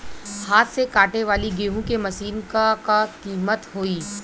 हाथ से कांटेवाली गेहूँ के मशीन क का कीमत होई?